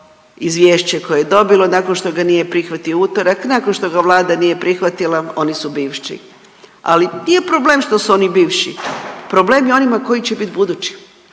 izvješće koje je dobilo, nakon što ga nije prihvatio u utorak, nakon što ga vlada nije prihvatila oni su bivši. Ali nije problem što su oni bivši, problem je onima koji će biti budući.